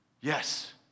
Yes